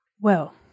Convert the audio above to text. Well